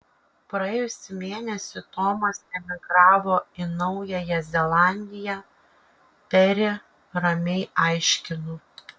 praėjusį mėnesį tomas emigravo į naująją zelandiją peri ramiai aiškinu